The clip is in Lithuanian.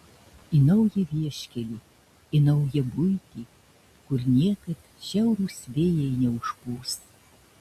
į naują vieškelį į naują buitį kur niekad šiaurūs vėjai neužpūs